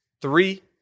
Three